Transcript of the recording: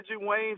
Wayne